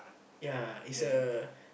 ya it's a